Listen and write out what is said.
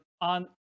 on